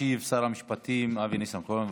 ישיב שר המשפטים אבי ניסנקורן.